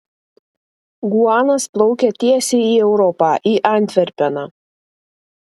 guanas plaukia tiesiai į europą į antverpeną